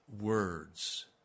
words